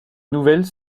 nouvelles